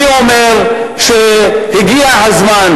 אני אומר שהגיע הזמן,